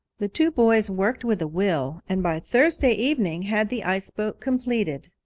the two boys worked with a will, and by thursday evening had the ice boat completed.